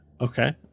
Okay